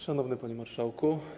Szanowny Panie Marszałku!